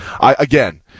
Again